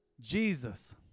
Jesus